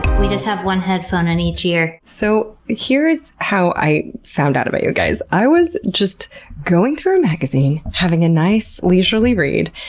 we just have one headphone in each ear. so here's how i found out about you guys i was just going through a magazine, having a nice leisurely read,